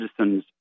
citizens